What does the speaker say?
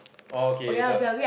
oh okay so